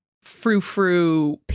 Frou-frou